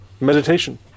Meditation